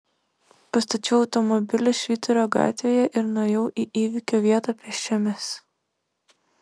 pastačiau automobilį švyturio gatvėje ir nuėjau į įvykio vietą pėsčiomis